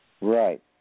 Right